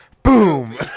Boom